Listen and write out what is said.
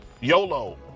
YOLO